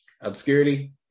obscurity